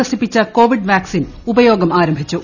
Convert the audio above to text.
വികസിപ്പിച്ചു Covid vaccine ഉപയോഗം ആരംഭിച്ചു